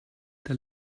der